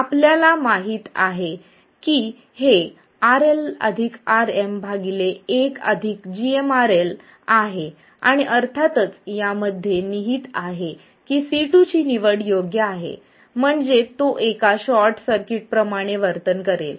आपल्याला माहित आहे की हेRLRm1gmRLआहे आणि अर्थातच या मध्ये निहीत आहे की C2 ची निवड योग्य आहे म्हणजे तो एका शॉर्ट सर्किट प्रमाणे वर्तन करेल